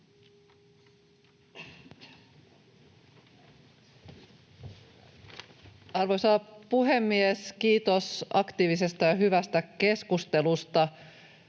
Arvoisa puhemies! Kiitos aktiivisesta ja hyvästä keskustelusta.